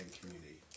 community